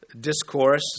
discourse